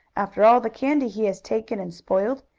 after all the candy he has taken and spoiled.